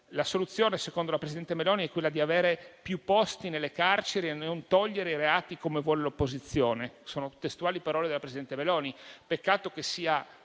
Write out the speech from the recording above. La soluzione - secondo la presidente Meloni - è quella di avere più posti nelle carceri e non di togliere i reati, come vuole l'opposizione; sono testuali parole della presidente Meloni. Peccato che sia